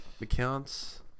accounts